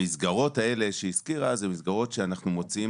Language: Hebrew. המסגרות האלה שהוזכרו אלה מסגרות בהן אנחנו מוציאים